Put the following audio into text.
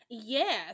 Yes